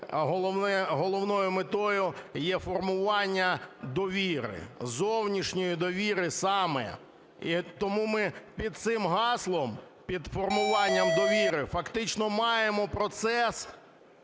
головною метою є формування довіри, зовнішньої довіри, саме і тому ми під цим гаслом, під формуванням довіри фактично маємо процес